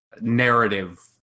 narrative